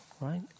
right